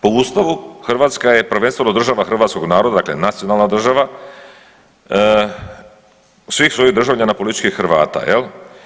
Po Ustavu, Hrvatska je prvenstveno država hrvatskog naroda, dakle nacionalna država, svih svojih državljana, politički Hrvata, je li?